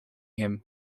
him